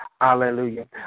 Hallelujah